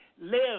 live